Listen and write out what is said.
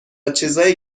چیزای